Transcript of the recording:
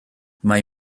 mai